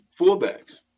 fullbacks